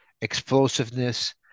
explosiveness